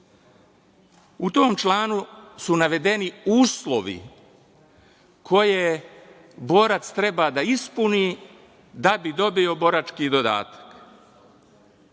u tom članu su navedeni uslovi koje borac treba da ispuni, da bi dobio borački dodatak.U